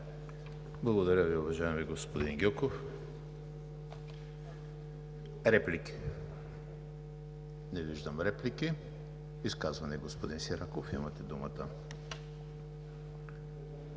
Благодаря Ви, уважаеми господин Гьоков. Реплики? Не виждам реплики. Изказване – господин Сираков, имате думата.